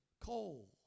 coal